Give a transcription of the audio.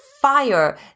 fire